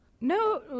No